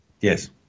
Yes